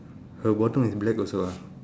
her bottom is black also ah